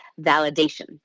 validation